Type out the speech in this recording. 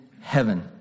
heaven